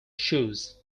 shoes